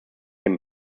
dem